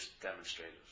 demonstrators